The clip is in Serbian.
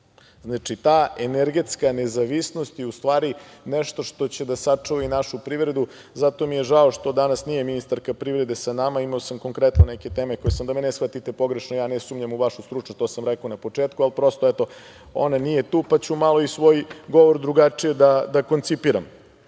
ta energetska nezavisnost je u stvari nešto što će da sačuva i našu privredu, zato mi je žao što danas nije ministarka privrede sa nama, a imao sam konkretno neke teme, da me ne shvatite pogrešno, ja ne sumnjam u vašu stručnost, to sam rekao na početku, ali prosto, eto, ona nije tu, pa ću malo i svoj govor drugačije da koncipiram. Evo,